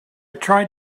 tried